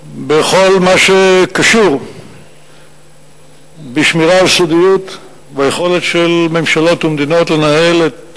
בכל מה שקשור בשמירה על סודיות והיכולת של ממשלות ומדינות לנהל את